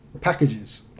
packages